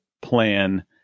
plan